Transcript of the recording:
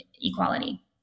equality